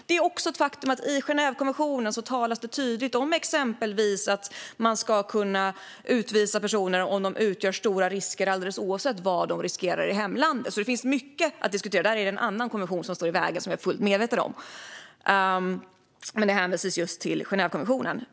Det är också ett faktum att det i Genèvekonventionen talas tydligt om att man exempelvis ska kunna utvisa personer om de utgör stora risker, alldeles oavsett vad de riskerar i hemlandet. Där är det en annan konvention som står i vägen, vilket jag är fullt medveten om, men det hänvisades just till Genèvekonventionen.